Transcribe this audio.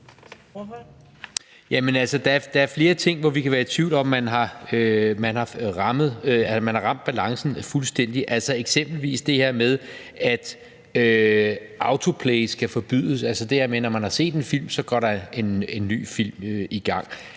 Der er flere ting, hvor vi kan være i tvivl om, om man har ramt balancen fuldstændig, eksempelvis det her med, at autoplay skal forbydes – det her med, at når man har set en film, så går der en ny film i gang.